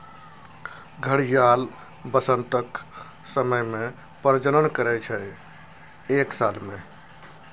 घड़ियाल बसंतक समय मे प्रजनन करय छै एक साल मे